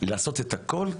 לעשות את הכל,